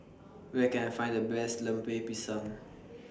Where Can I Find The Best Lemper Pisang